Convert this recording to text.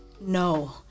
no